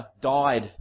died